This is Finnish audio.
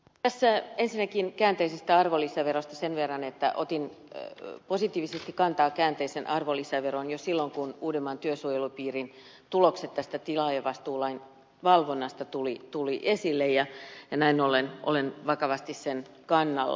tässä ensinnäkin käänteisestä arvonlisäverosta sen verran että otin positiivisesti kantaa käänteiseen arvonlisäveroon jo silloin kun uudenmaan työsuojelupiirin tulokset tästä tilaajavastuulain valvonnasta tulivat esille ja näin ollen olen vakavasti sen kannalla